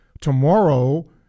Tomorrow